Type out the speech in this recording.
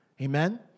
Amen